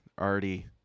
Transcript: already